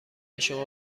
شما